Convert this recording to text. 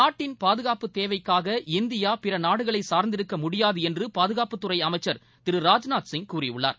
நாட்டின் பாதுகாப்பு தேவைக்காக இந்தியா பிறநாடுகளை சார்ந்திருக்க முடியாது என்று பாதுகாப்புத்துறை அமைச்சர் திரு ராஜ்நாக் சிங் கூறியுள்ளார்